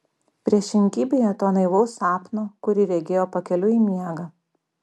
priešingybėje to naivaus sapno kurį regėjo pakeliui į miegą